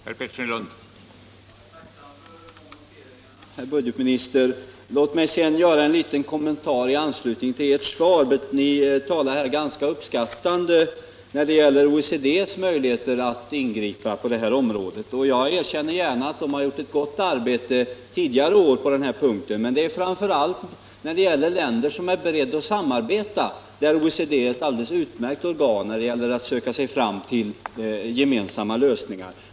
Herr talman! Jag är tacksam för de noteringarna, herr budgetminister. Låt mig sedan göra en liten kommentar i anslutning till ert svar. Ni talade ganska uppskattande när det gäller OECD:s möjligheter att ingripa på det här området. Jag erkänner gärna att OECD har gjort ett gott arbete på den här punkten tidigare år, men det är framför allt när det är fråga om länder som är beredda att samarbeta som OECD är ett alldeles utmärkt organ — alltså när det gäller att söka sig fram till gemensamma lösningar.